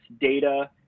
data